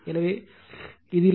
எனவே இது இல்லை